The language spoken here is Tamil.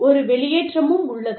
ஒரு வெளியேற்றமும் உள்ளது